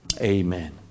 Amen